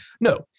No